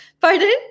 Pardon